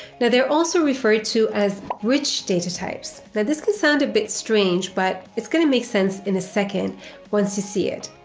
now they're also referred to as rich data types. now this can sound a bit strange but it's going to make sense in a second once you see it.